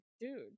dude